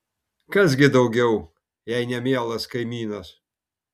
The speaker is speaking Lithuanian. kas gi daugiau jei ne mielas kaimynas